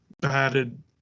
batted